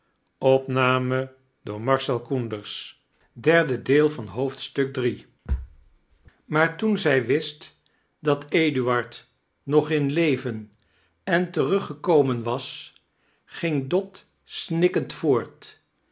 maar toen zij wist dat eduard nog in leven en teruggekomen was ging dot snikbend voort